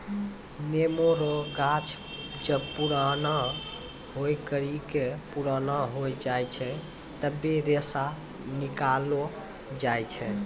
नेमो रो गाछ जब पुराणा होय करि के पुराना हो जाय छै तबै रेशा निकालो जाय छै